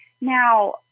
Now